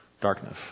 darkness